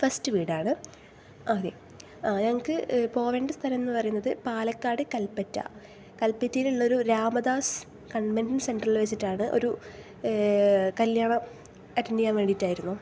first വീടാണ് അതെ ആ ഞങ്ങൾക്ക് പോകേണ്ട സ്ഥലം എന്ന് പറയുന്നത് പാലക്കാട് കൽപ്പറ്റ കല്പറ്റയിലുള്ള ഒരു രാമദാസ് കോൺവെഷൻ സെന്ററിൽ വച്ചിട്ടാണ് ഒരു കല്യാണം അറ്റൻഡ് ചെയ്യാൻ വേണ്ടിയിട്ടായിരുന്നു